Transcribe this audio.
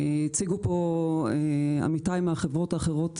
הציגו פה עמיתיי מהחברות האחרות,